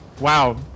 Wow